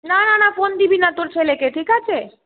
না না না ফোন দিবি না তোর ছেলেকে ঠিক আছে